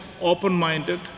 open-minded